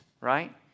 right